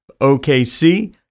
OKC